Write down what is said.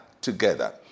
together